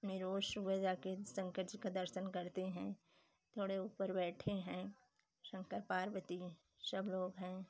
मे रोज सुबह जा कर शंकर जी का दर्शन करते हैं थोड़े ऊपर बैठे हैं शंकर पार्वती सब लोग हैं